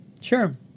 Sure